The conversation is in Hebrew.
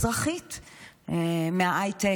אזרחית מההייטק,